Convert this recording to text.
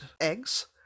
eggs